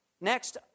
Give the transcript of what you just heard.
Next